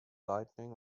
lightning